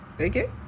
Okay